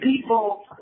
people